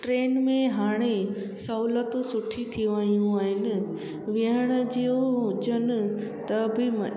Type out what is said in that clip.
train में हाणे सहुलियत सुठी थी वियूं आहिनि वेहण जियूं जन त बि